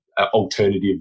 alternative